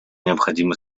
необходимы